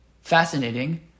Fascinating